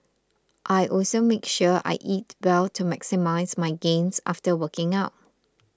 I also make sure I eat well to maximise my gains after working out